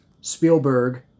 Spielberg